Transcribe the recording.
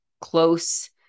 close